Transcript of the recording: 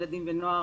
ילדים ונוער,